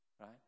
Right